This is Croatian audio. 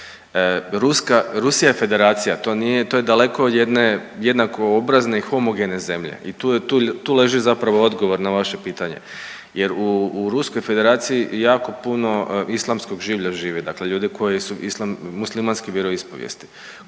Rusija je federacija to nije, to je daleko od jedne jednakoobrazne i homogene zemlje i tu je, tu leži zapravo odgovor na vaše pitanje jer u Ruskoj Federaciji jako puno islamskog življa živi. Dakle, ljudi koji su islam, muslimanske vjeroispovijesti